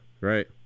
right